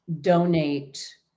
donate